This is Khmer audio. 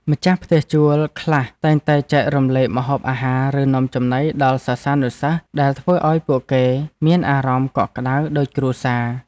ម្ចាស់ផ្ទះជួលខ្លះតែងតែចែករំលែកម្ហូបអាហារ ឬនំចំណីដល់សិស្សានុសិស្សដែលធ្វើឱ្យពួកគេមានអារម្មណ៍កក់ក្តៅដូចគ្រួសារ។